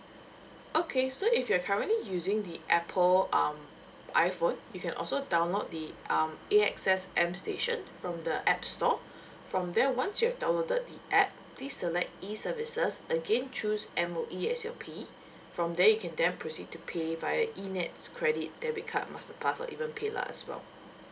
okay so if you're currently using the apple um iphone you can also download the um A_X_S am station from the app store from there once you've downloaded the app please select e services again choose M_O_E as your payee from there you can then proceed to pay via e nets credit debit card masterpass or even paylah as well